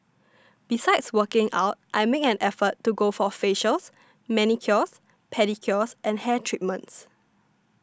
besides working out I make an effort to go for facials manicures pedicures and hair treatments